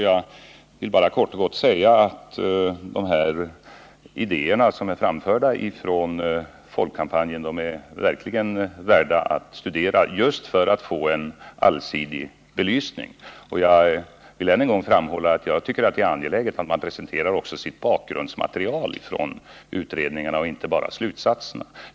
Jag vill kort och gott säga att de idéer som är framförda från Folkkampanjen verkligen är värda att studera just för att man skall få en allsidig belysning av frågan. Jag vill än en gång framhålla att jag tycker det är angeläget att utredningarna presenterar också sitt bakgrundsmaterial och inte bara slutsatserna.